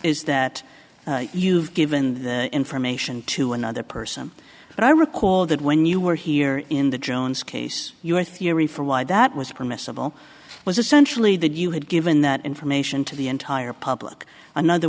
is that you've given the information to another person and i recall that when you were here in the jones case your theory for why that was permissible was essentially that you had given that information to the entire public another